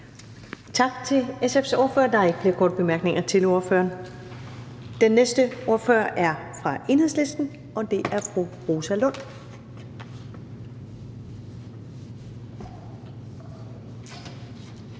Tak til SF's ordfører. Der er ikke flere korte bemærkninger til ordføreren. Den næste ordfører er fra Enhedslisten, og det er fru Rosa Lund.